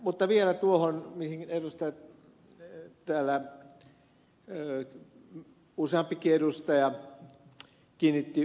mutta vielä kommentoin tuohon mihin useampikin edustaja täällä kiinnitti huomiota